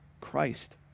Christ